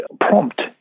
prompt